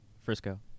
Frisco